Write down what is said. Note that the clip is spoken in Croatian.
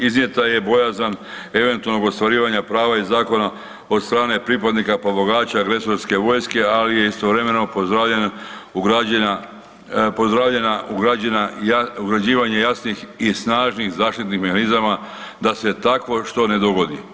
Iznijeta je bojazan eventualnog ostvarivanja prava iz Zakona od strane pripadnika pomagača agresorske vojske, ali je istovremeno pozdravljen ugrađena, pozdravljena ugrađena, ugrađivanje jasnih i snažnih zaštitnih mehanizama da se takvo što ne dogodi.